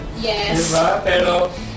Yes